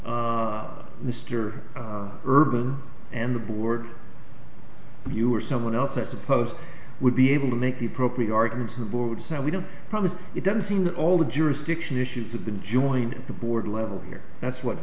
mr urban and the board you or someone else i suppose would be able to make the appropriate arguments to the board so we don't promise it doesn't seem that all the jurisdiction issues have been joined the board level here that's what